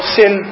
sin